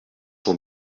cent